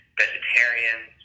vegetarians